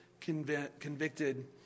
convicted